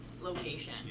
location